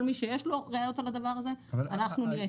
כל מי שיש לו ראיות על הדבר הזה אנחנו נהיה שם.